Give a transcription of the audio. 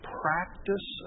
practice